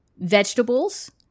vegetables